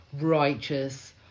righteous